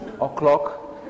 o'clock